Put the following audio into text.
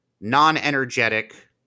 non-energetic